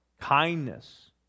Kindness